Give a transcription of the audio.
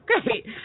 great